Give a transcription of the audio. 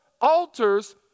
altars